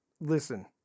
Listen